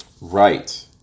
right